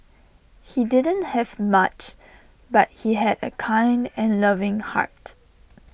he didn't have much but he had A kind and loving heart